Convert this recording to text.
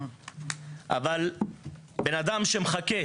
אבל אדם שמחכה